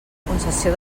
concessió